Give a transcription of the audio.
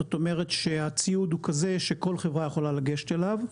זאת אומרת שהציוד הוא כזה שכל חברה יכולה לגשת אליו.